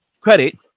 Credit